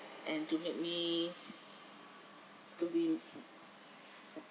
and to make me to be